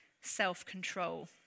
self-control